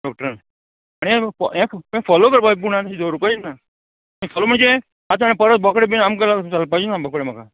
डॉक्टरान आनी हें फोलो करपाचें पूण दवरुंकूय ना म्हणजे आतां आनी परत बोकडे बीन आमकां चलपाचें ना बोकडे म्हाका